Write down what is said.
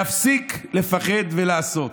להפסיק לפחד ולעשות".